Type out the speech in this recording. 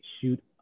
shoot